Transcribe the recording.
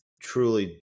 truly